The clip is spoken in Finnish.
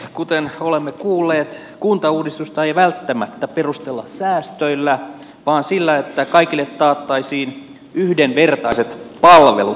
kuten olemme kuulleet kuntauudistusta ei välttämättä perustella säästöillä vaan sillä että kaikille taattaisiin yhdenvertaiset palvelut